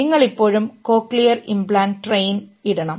നിങ്ങൾ ഇപ്പോഴും cochlear implant train ഇടണം